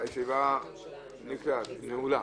הישיבה נעולה.